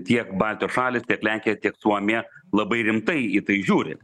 tiek baltijos šalys tiek lenkija tiek suomija labai rimtai į tai žiūri